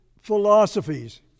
philosophies